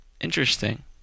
interesting